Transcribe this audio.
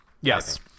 Yes